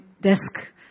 desk